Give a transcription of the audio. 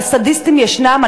אבל סדיסטים ישנם,